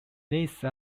these